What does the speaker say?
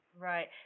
Right